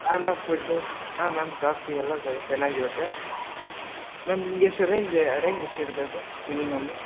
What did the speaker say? ಹಾಂ ma'am food ಹಾಂ ma'am coffee ಎಲ್ಲ ಸರಿ ಚೆನ್ನಾಗಿರುತ್ತೆ ಮ್ಯಾಮ್ ನಿಮ್ಗೆ ಎಷ್ಟು ರೇಂಜ್ ರೇಂಜ್ ಎಷ್ಟಿರಬೇಕು ಮಿನಿಮಮ್ಮು